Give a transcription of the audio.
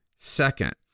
Second